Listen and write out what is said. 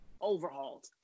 overhauled